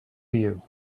you